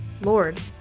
Lord